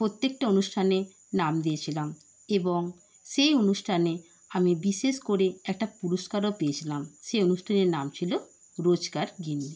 প্রত্যেকটা অনুষ্ঠানে নাম দিয়েছিলাম এবং সেই অনুষ্ঠানে আমি বিশেষ করে একটা পুরস্কারও পেয়েছিলাম সেই অনুষ্ঠানের নাম ছিল রোজকার গিন্নি